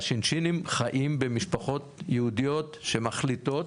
השינשינים חיים במשפחות יהודיות שמחליטות,